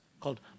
called